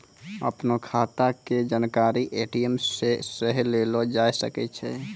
अपनो खाता के जानकारी ए.टी.एम से सेहो लेलो जाय सकै छै